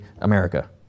America